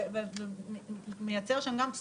הוא נתן לנו אותה בשביל לייצר משאבי טבע,